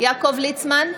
יעקב ליצמן,